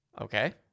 okay